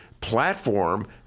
platform